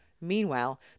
Meanwhile